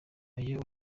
iyo